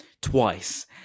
twice